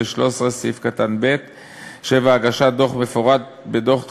ו-13(ב); 7. הגשת דוח מפורט כדוח תקופתי,